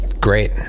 great